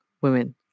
women